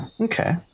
okay